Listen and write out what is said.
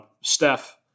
Steph